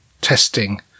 testing